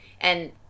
And-